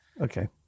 Okay